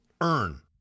earn